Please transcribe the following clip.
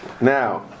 Now